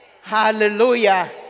Hallelujah